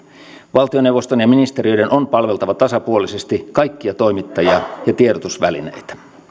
valtioneuvoston ja ministeriöiden on palveltava tasapuolisesti kaikkia toimittajia ja tiedotusvälineitä